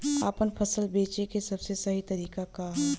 आपन फसल बेचे क सबसे सही तरीका का ह?